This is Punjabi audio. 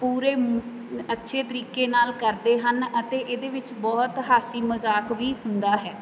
ਪੂਰੇ ਅੱਛੇ ਤਰੀਕੇ ਨਾਲ ਕਰਦੇ ਹਨ ਅਤੇ ਇਹਦੇ ਵਿੱਚ ਬਹੁਤ ਹਾਸੀ ਮਜ਼ਾਕ ਵੀ ਹੁੰਦਾ ਹੈ